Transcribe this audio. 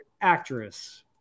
actress